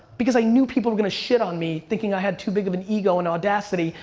because i knew people were gonna shit on me thinking i had too big of an ego and audacity,